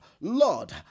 Lord